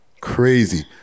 Crazy